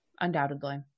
Undoubtedly